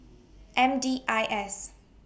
M D I S